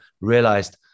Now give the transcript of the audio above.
realized